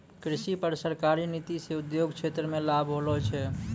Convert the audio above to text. कृषि पर सरकारी नीति से उद्योग क्षेत्र मे लाभ होलो छै